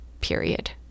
period